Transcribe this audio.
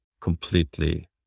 completely